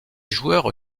joueurs